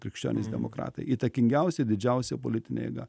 krikščionys demokratai įtakingiausia didžiausia politinė jėga